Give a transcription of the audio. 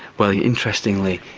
well, interestingly,